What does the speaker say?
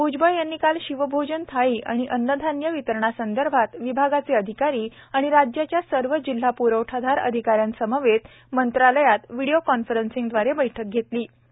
भ्जबळ यांनी काल शिवभोजन थाळी आणि अन्नधान्य वितरणासंदर्भात विभागाचे अधिकारी आणि राज्याच्या सर्व जिल्हा प्रवठा अधिका यांसमवेत मंत्रालयात व्हिडीओ कॉन्फरन्सिंगद्वारे बैठक घेतली त्यावेळी ते बोलत होते